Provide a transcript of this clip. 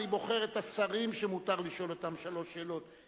אני בוחר את השרים שמותר לשאול אותם שלוש שאלות,